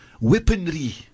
weaponry